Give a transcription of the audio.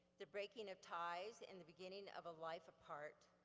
the breaking of ties and the beginning of a life apart.